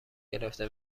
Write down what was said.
گرفته